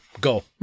Go